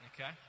Okay